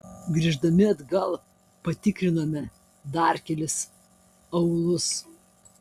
grįždami atgal patikrinome dar kelis aūlus